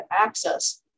access